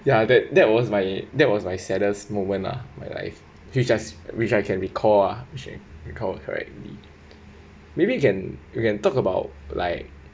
ya that that was my that was my saddest moment ah my life which I which I can recall ah actually recall it right maybe you can you can talk about like